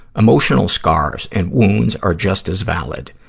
emotional scars and wounds are just as valid.